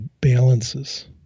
balances